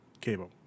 cable